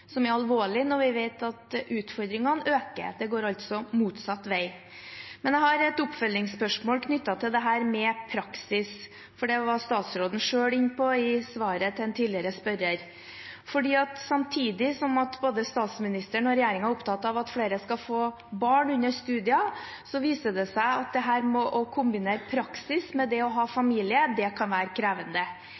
er alvorlig når vi vet at utfordringene øker. Det går altså motsatt vei. Men jeg har et oppfølgingsspørsmål knyttet til dette med praksis, for det var statsråden selv inne på i svaret til en tidligere spørrer. For samtidig som både statsministeren og regjeringen er opptatt av at flere skal få barn under studiene, viser det seg at dette med å kombinere praksis med det å ha familie kan være krevende.